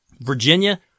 Virginia